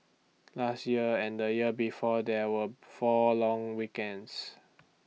last year and the year before there were four long weekends